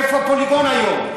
איפה פוליגון היום?